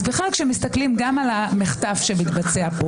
אז בכלל כשמסתכלים גם על המחטף שמתבצע פה